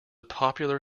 popular